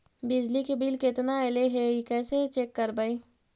बिजली के बिल केतना ऐले हे इ कैसे चेक करबइ?